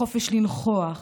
החופש לנכוח,